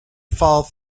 fall